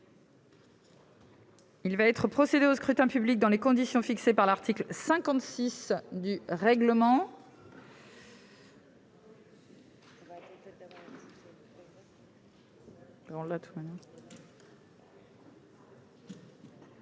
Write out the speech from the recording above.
Il va être procédé au scrutin dans les conditions fixées par l'article 56 du règlement.